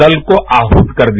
दल को आहत कर दिया